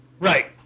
Right